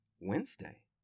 Wednesday